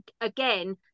again